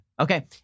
Okay